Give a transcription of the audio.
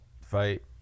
fight